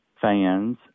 fans